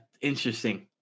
interesting